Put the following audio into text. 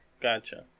Gotcha